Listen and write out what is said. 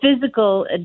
physical